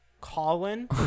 Colin